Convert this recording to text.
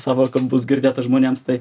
savo kampus girdėtas žmonėms tai